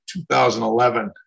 2011